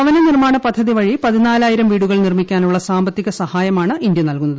ഭവനനിർമ്മാണ പദ്ധതി വഴി പതിന്നാലായിരം വീടുകൾ നിർമ്മിക്കാനുള്ള സാമ്പത്തിക സഹായമാണ് ഇന്ത്യ നല്കുന്നത്